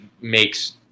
makes